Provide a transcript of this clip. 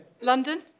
London